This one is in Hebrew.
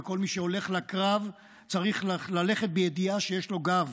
וכל מי שהולך לקרב צריך ללכת בידיעה שיש לו גב,